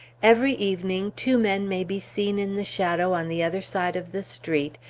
every evening two men may be seen in the shadow on the other side of the street,